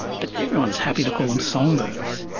but everyone's happy to call them songbirds,